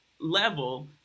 Level